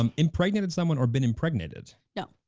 um impregnated someone or been impregnated. no.